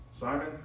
Simon